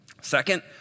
Second